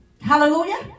Hallelujah